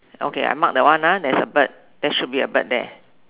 okay I mark that one lah there's a bird there should be a bird there